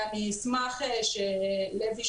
אשמח שלוי,